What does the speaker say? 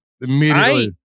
Immediately